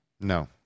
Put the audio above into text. No